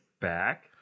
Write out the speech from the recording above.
back